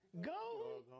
go